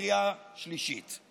לקריאה שלישית,